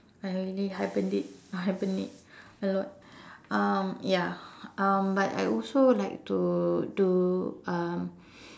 I really hibernate hibernate a lot um ya um but I also like to to um